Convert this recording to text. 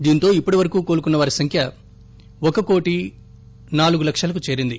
దీంతో ఇప్పటి వరకు కోలుకున్న వారి సంఖ్య ఒక కోటి నాలుగు లక్షలకు చేరింది